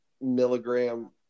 milligram